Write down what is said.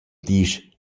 disch